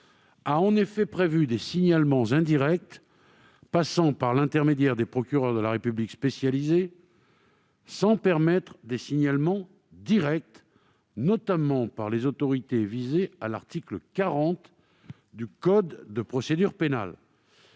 a en effet prévu des signalements indirects, passant par l'intermédiaire des procureurs de la République spécialisés, sans permettre des signalements directs, notamment par les autorités visées à l'article 40 du code de procédure pénale.